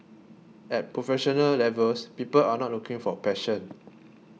at professional levels people are not looking for passion